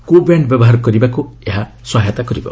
କୁ ବ୍ୟାଣ୍ଡ ବ୍ୟବହାର କରିବାକୁ ଏହା ସହାୟତା କରିବ